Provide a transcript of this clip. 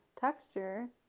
texture